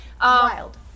Wild